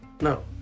no